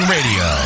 Radio